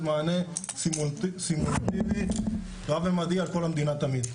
מענה סימולטיבי רב ממדי על כל המדינה תמיד.